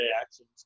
actions